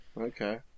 Okay